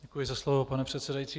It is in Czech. Děkuji za slovo, pane předsedající.